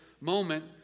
moment